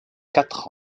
quatre